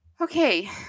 Okay